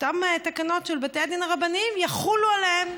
אותן תקנות של בתי הדין הרבניים יחולו עליהם.